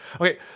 Okay